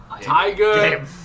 Tiger